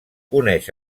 coneix